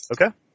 Okay